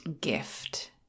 gift